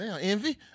Envy